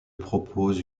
propose